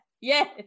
yes